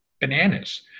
bananas